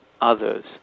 others